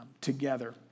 together